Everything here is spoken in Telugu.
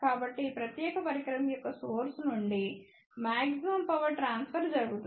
కాబట్టిఈ ప్రత్యేక పరికరం యొక్క సోర్స్ నుండి మాక్సిమమ్ పవర్ ట్రాన్స్ఫర్ జరుగుతుంది